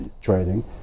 trading